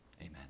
Amen